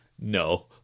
No